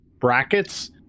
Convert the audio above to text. brackets